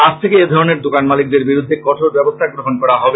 আজ থেকে এ ধরনের দোকান মালিকদের বিরুদ্ধে কঠোর ব্যবস্থা গ্রহন করা হবে